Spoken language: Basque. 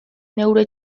neure